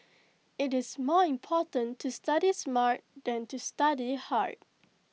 IT is more important to study smart than to study hard